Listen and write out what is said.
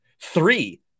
three